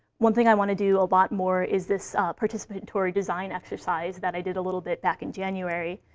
one thing i want to do a lot more is this participatory design exercise that i did a little bit back in january,